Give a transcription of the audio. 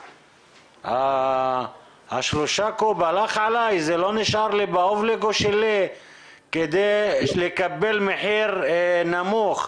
ה-3 קוב לא נשאר באובליגו שלי כדי לקבל מחיר נמוך.